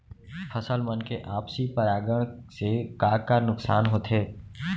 फसल मन के आपसी परागण से का का नुकसान होथे?